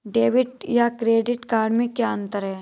Debit या credit card में क्या अन्तर है?